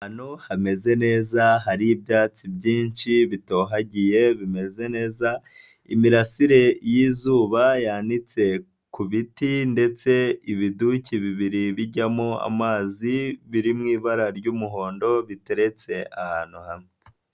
Ahantu hameze neza hari ibyatsi byinshi bitohagiye bimeze neza, imirasire y'izuba yanitse ku biti ndetse ibiduki bibiri bijyamo amazi biri mu ibara ry'umuhondo biteretse ahantu hamwe.